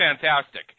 fantastic